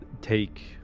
take